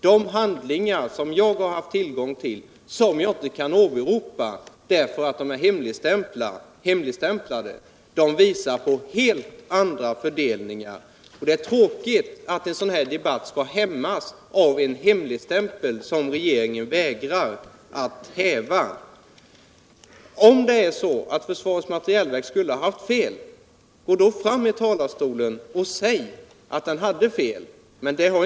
De handlingar som jag har haft tillgång till och som jag inte kan åberopa därför att de är hemligstämplade visar på helt andra fördelningar. Det är tråkigt att en sådan här debatt skall hämmas av en hemligstämpel som regeringen vägrar att häva. Om försvarets materielverk skulle ha fel, gå då upp i talarstolen och säg det och redovisa vilka punkter det gäller!